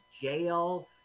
jail